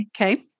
Okay